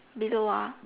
middle want